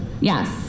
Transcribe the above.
Yes